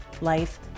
Life